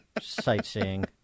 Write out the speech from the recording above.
sightseeing